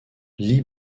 lee